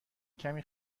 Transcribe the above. کمی